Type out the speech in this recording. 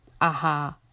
aha